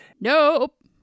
Nope